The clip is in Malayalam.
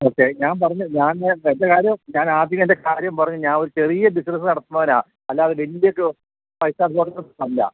ഓക്കെ ഞാൻ പറഞ്ഞു ഞാന് എൻ്റെ കാര്യം ഞാൻ ആദ്യമേ എൻ്റെ കാര്യം പറഞ്ഞു ഞാൻ ഒരു ചെറിയ ബിസിനസ്സ് നടത്തുന്നവനാണ് അല്ലാതെ വല്ല്യൊരു ഫൈവ് സ്റ്റാര് ഹോട്ടല് തല്ല